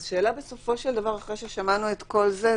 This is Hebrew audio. אחרי ששמענו את כל זה,